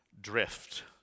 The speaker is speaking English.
drift